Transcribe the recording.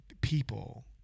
people